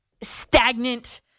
stagnant